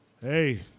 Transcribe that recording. Hey